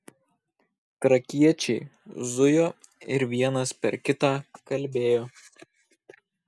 trakiečiai zujo ir vienas per kitą kalbėjo